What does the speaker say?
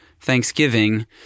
Thanksgiving